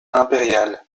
impériale